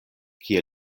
kie